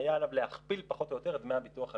היה עליו להכפיל פחות או יותר את דמי הביטוח הלאומי,